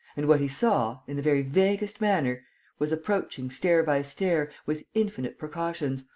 and what he saw in the very vaguest manner was approaching stair by stair, with infinite precautions,